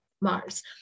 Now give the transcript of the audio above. Mars